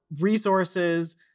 resources